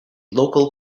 local